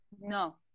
No